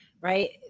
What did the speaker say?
right –